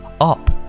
up